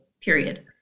period